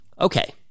Okay